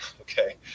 Okay